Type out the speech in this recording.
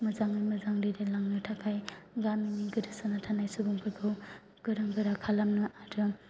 मोजाङै मोजां दैदेनलांनो थाखाय गामिनि गोदोसोना थानाय सुबुंफोरखौ गोरों गोरा खालामनो आरो